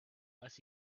less